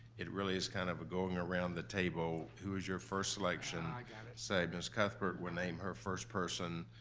it really is kind of a going around the table, who is your first selection? i got it. say, miss cuthbert will name her first person,